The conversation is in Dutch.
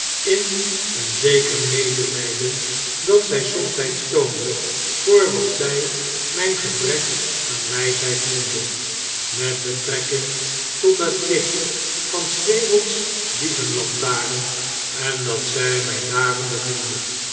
in een zeker mede lyden dat zy somtijds toonde voor wat zy myn gebrek aan wysheid noemde met betrekking tot het licht van s werelds dievenlantaarn en dat zy mij daarom beminde